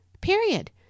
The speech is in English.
Period